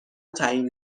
تعیین